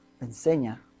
enseña